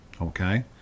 Okay